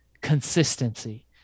consistency